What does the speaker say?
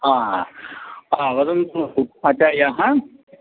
हा हा वदन्तु आचार्याः